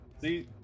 See